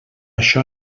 això